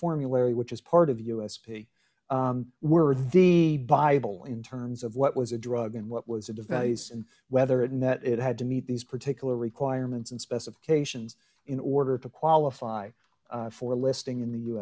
formulary which is part of the u s p were the bible in terms of what was a drug and what was it devalues and whether and that it had to meet these particular requirements and specifications in order to qualify for a listing in the u